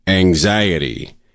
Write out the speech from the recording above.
Anxiety